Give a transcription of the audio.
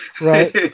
Right